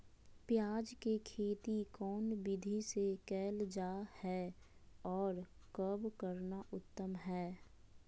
प्याज के खेती कौन विधि से कैल जा है, और कब करना उत्तम है?